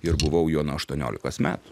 ir buvau juo nuo aštuoniolikos metų